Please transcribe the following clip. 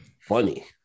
funny